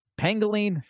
Pangolin